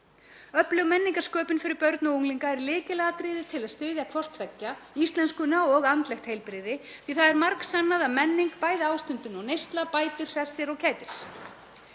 Öflug menningarsköpun fyrir börn og unglinga er lykilatriði til að styðja hvort tveggja íslenskuna og andlegt heilbrigði því það er margsannað að menning, bæði ástundun og neysla, bætir, hressir og kætir.